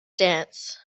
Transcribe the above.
dance